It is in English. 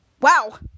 Wow